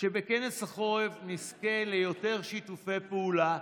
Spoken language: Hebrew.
שבכנס החורף נזכה ליותר שיתופי פעולה,